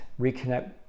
reconnect